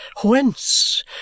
Whence